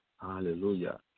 Hallelujah